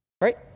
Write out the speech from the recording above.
right